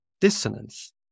dissonance